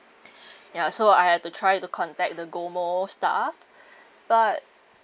ya so I had to try to contact the GOMO staff but